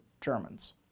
Germans